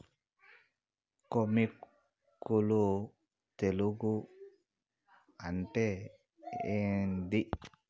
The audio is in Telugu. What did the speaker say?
కొమ్మి కుల్లు తెగులు అంటే ఏంది?